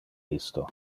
isto